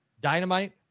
Dynamite